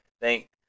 thank